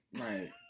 right